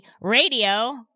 Radio